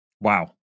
Wow